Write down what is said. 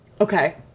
Okay